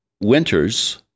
winters